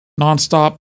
nonstop